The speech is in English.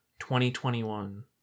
2021